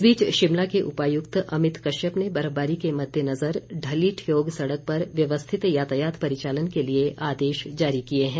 इस बीच शिमला के उपायुक्त अमित कश्यप ने बर्फबारी के मद्देनजर ढली ठियोग सड़क पर व्यवस्थित यातायात परिचालन के लिए आदेश जारी किए हैं